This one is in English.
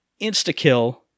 insta-kill